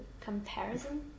comparison